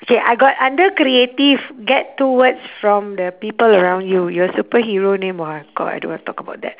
K I got under creative get two words from the people around you your superhero name !wah! god I don't want talk about that